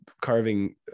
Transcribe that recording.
carving